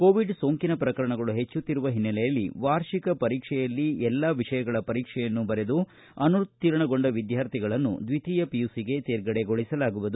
Covid ಸೊಂಕಿನ ಪ್ರಕರಣಗಳು ಹೆಚ್ಚುತ್ತಿರುವ ಓನ್ನೆಲೆಯಲ್ಲಿ ವಾರ್ಷಿಕ ಪರೀಕ್ಷೆಯಲ್ಲಿ ಎಲ್ಲಾ ವಿಷಯಗಳ ಪರೀಕ್ಷೆಯನ್ನು ಬರೆದು ಅನುತ್ತೀರ್ಣಗೊಂಡ ವಿದ್ಯಾರ್ಥಿಗಳನ್ನು ದ್ವಿತೀಯ ಪಿಯುಸಿಗೆ ತೇರ್ಗಡೆಗೊಳಿಸಲಾಗುವುದು